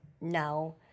now